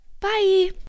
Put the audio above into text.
Bye